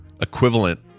equivalent